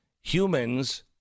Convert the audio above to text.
Humans